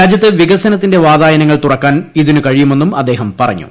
രാജ്യത്ത് വികസനത്തിന്റെ വാതായനങ്ങൾ തുറക്കാൻ ഇതിനു കഴിയുമെന്നും അദ്ദേഹം പറഞ്ഞു